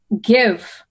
give